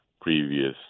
previous